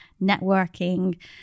networking